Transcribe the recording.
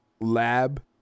lab